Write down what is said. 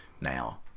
now